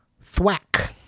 Thwack